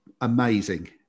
amazing